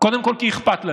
קודם כול כי אכפת לנו.